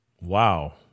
Wow